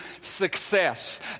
success